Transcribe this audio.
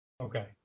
Okay